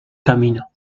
camino